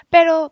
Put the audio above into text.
Pero